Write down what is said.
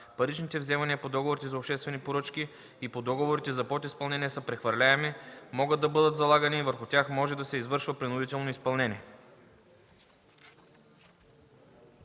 Паричните вземания по договорите за обществени поръчки и по договорите за подизпълнение са прехвърляеми, могат да бъдат залагани и върху тях може да се извършва принудително изпълнение.”